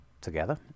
together